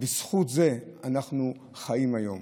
בזכות זה אנחנו חיים היום.